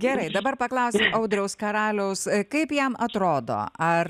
gerai dabar paklausiu audriaus karaliaus kaip jam atrodo ar